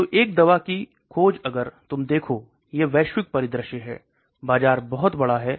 तो एक दवा की खोज अगर तुम देखो यह वैश्विक परिदृश्य है बाजार बहुत बड़ा है